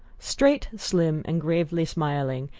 straight, slim and gravely smiling,